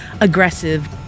aggressive